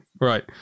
right